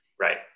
Right